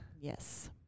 Yes